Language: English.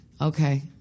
Okay